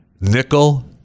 nickel